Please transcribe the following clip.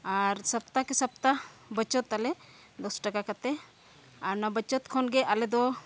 ᱟᱨ ᱥᱟᱯᱛᱟ ᱠᱮ ᱥᱟᱯᱛᱟ ᱵᱚᱪᱚᱛ ᱛᱟᱞᱮ ᱫᱚᱥ ᱴᱟᱠᱟ ᱠᱟᱛᱮᱫ ᱟᱨ ᱚᱱᱟ ᱵᱚᱪᱚᱛ ᱠᱷᱚᱱᱜᱮ ᱟᱞᱮᱫᱚ